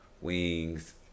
wings